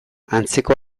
antzeko